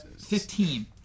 Fifteen